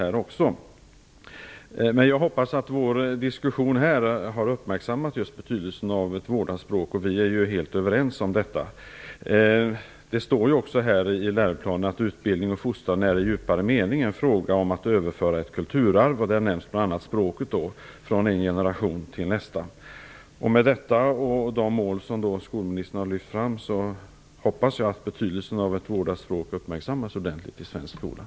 Jag hoppas att den diskussion som vi här har fört skall leda till att man kommer att uppmärksamma betydelsen av ett vårdat språk, vilken vi också är helt överens om. Det framhålls också i läroplanen att utbildning och fostran i djupare mening är en fråga om att överföra ett kulturarv från en generation till nästa, och i det sammanhanget nämns bl.a. språkets betydelse. Mot bakgrund härav och de mål som skolministern har lyft fram hoppas jag att betydelsen av ett vårdat språk skall uppmärksammas ordentligt i den svenska skolan.